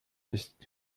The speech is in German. ist